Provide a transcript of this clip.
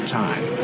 time